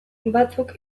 batzuk